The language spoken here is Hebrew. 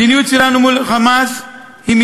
המדיניות שלנו מול ה"חמאס" היא,